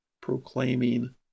proclaiming